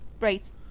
Right